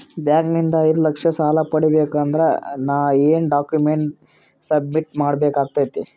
Bank ನಿಂದ ಐದು ಲಕ್ಷ ಸಾಲ ಪಡಿಬೇಕು ಅಂದ್ರ ಏನ ಡಾಕ್ಯುಮೆಂಟ್ ಸಬ್ಮಿಟ್ ಮಾಡ ಬೇಕಾಗತೈತಿ?